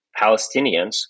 Palestinians